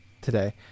today